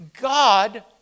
God